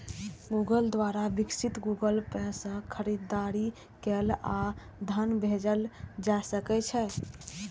Google द्वारा विकसित Google Pay सं खरीदारी कैल आ धन भेजल जा सकै छै